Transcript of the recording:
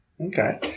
Okay